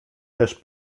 też